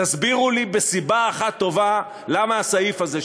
תסבירו לי בסיבה אחת טובה למה הסעיף הזה,